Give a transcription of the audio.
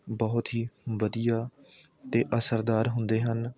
ਬਹੁਤ ਹੀ ਵਧੀਆ ਅਤੇ ਅਸਰਦਾਰ ਹੁੰਦੇ ਹਨ